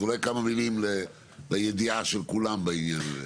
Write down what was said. אז אולי כמה מילים לידיעה של כולם בעניין הזה.